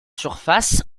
surface